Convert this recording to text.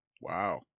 Wow